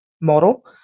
model